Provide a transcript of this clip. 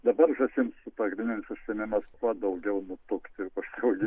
dabar žąsims pagrindinis užsiėmimas kuo daugiau nutukti užsiauginti